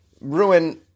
ruin